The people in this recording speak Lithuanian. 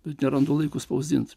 bet nerandu laiko spausdint